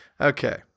Okay